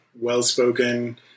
well-spoken